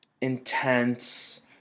intense